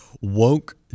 Woke